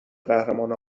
قهرمان